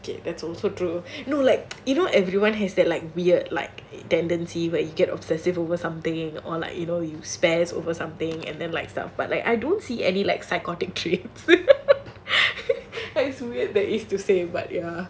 okay that's also true no like you know everyone has that like weird like tendency where you get obsessive over something or like you know you spastic over something and then like stuff but like I don't see any like psychotic traits that's weird is to say but ya